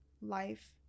life